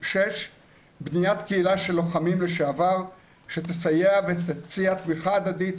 6. בניית קהילה של לוחמים לשעבר שתסייע ותציע תמיכה הדדית,